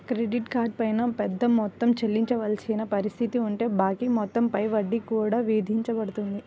credit card పై పెద్ద మొత్తం చెల్లించవలసిన పరిస్థితి ఉంటే బాకీ మొత్తం పై వడ్డీ కూడా విధించబడుతుంది